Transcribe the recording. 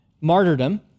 martyrdom